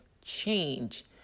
change